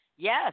Yes